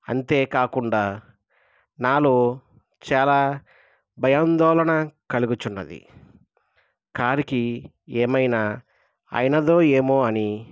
అంతేకాకుండా నాలో చాలా భయాందోళన కలుగుచున్నది కారుకి ఏమైనా అయినదో ఏమో అని